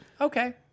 okay